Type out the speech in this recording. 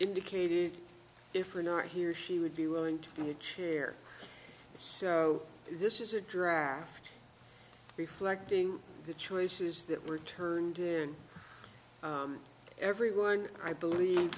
indicated if or not he or she would be willing to do the chair so this is a draft reflecting the choices that were turned in everyone i believe